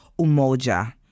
Umoja